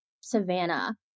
Savannah